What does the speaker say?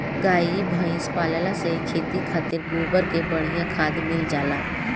गाई भइस पलला से खेती खातिर गोबर के बढ़िया खाद मिल जाला